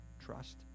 trust